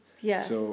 yes